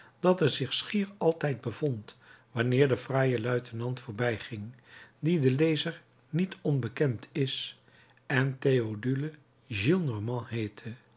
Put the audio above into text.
dat er zich schier altijd bevond wanneer de fraaie luitenant voorbijging die den lezer niet onbekend is en theodule gillenormand heette